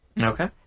okay